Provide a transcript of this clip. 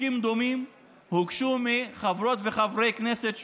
חוקים דומים הוגשו מחברות וחברי כנסת שונים,